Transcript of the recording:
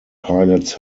pilots